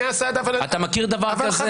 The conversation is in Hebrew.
אתה מכיר דבר כזה?